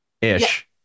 ish